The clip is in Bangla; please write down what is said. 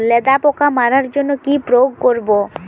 লেদা পোকা মারার জন্য কি প্রয়োগ করব?